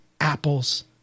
apples